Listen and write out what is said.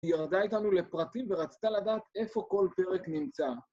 היא ירדה איתנו לפרטים ורצתה לדעת איפה כל פרק נמצא.